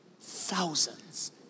thousands